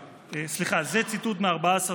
סליחה, זה ציטוט מ-14 באוגוסט.